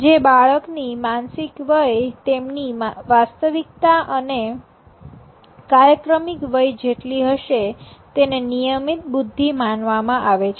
જે બાળકની માનસિક વય તેમની વાસ્તવિકતા અને કાલક્રમિક વય જેટલી હશે તેને નિયમિત બુદ્ધિ માનવામાં આવે છે